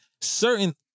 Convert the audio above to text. certain